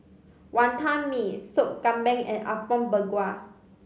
Wantan Mee Sop Kambing and Apom Berkuah